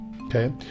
Okay